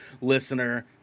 listener